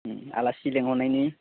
आलासि लिंहरनायनि